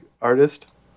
artist